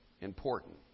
important